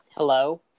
Hello